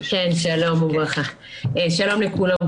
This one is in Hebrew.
שלום לכולם,